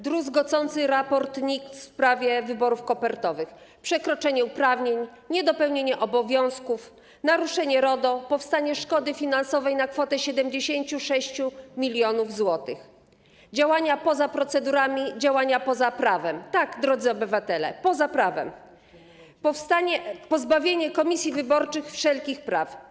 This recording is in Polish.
Druzgocący raport NIK w sprawie wyborów kopertowych, przekroczenie uprawnień, niedopełnienie obowiązków, naruszenie RODO, powstanie szkody finansowej na kwotę 76 mln zł, działania poza procedurami, działania poza prawem - tak, drodzy obywatele, poza prawem - pozbawienie komisji wyborczych wszelkich praw.